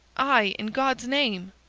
aye in god's name!